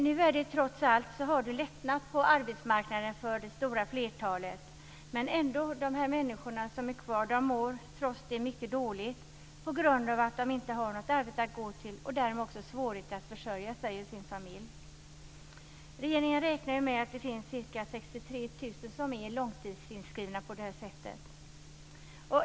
Nu har det trots allt lättat på arbetsmarknaden för det stora flertalet, men de som finns kvar mår mycket dåligt på grund av att de inte har något arbete att gå till och därmed har svårigheter med att försörja sig och familjen. Regeringen räknar med att det finns ca 63 000 som är i långtidsinskrivna på det sättet.